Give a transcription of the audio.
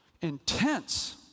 intense